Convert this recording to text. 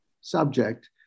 subject